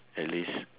at least